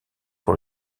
pour